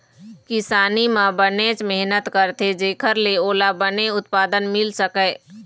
किसानी म बनेच मेहनत करथे जेखर ले ओला बने उत्पादन मिल सकय